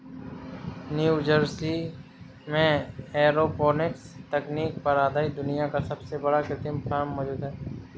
New Jersey में aeroponics तकनीक पर आधारित दुनिया का सबसे बड़ा कृत्रिम फार्म मौजूद है